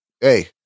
Hey